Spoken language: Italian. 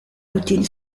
routine